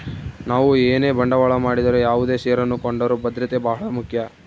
ನಾವು ಏನೇ ಬಂಡವಾಳ ಮಾಡಿದರು ಯಾವುದೇ ಷೇರನ್ನು ಕೊಂಡರೂ ಭದ್ರತೆ ಬಹಳ ಮುಖ್ಯ